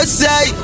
say